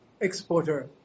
exporter